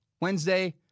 Wednesday